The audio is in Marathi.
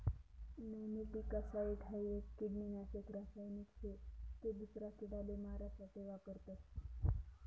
नेमैटीकासाइड हाई एक किडानाशक रासायनिक शे ते दूसरा किडाले मारा साठे वापरतस